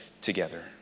together